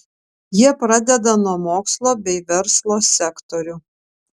jie pradeda nuo mokslo bei verslo sektorių